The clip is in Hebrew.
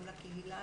גם לקהילה,